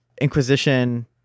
Inquisition